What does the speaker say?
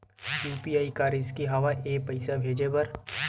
UPI का रिसकी हंव ए पईसा भेजे बर?